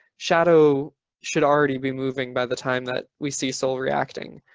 shadow should already be moving by the time that we see soul reacting.